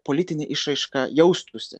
politinė išraiška jaustųsi